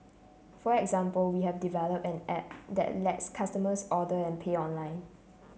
for example we have developed an A P P that lets customers order and pay online